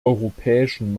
europäischen